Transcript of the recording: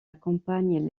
accompagne